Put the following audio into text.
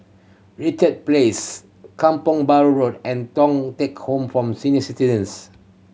Richard Place Kampong Bahru Road and Thong Teck Home form Senior Citizens